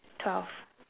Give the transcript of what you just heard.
twelve